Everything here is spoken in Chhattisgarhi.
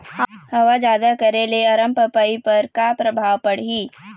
हवा जादा करे ले अरमपपई पर का परभाव पड़िही?